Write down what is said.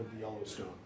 Yellowstone